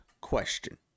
question